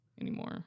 anymore